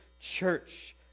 church